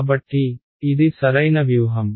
కాబట్టి ఇది సరైన వ్యూహం